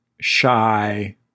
shy